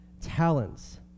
talents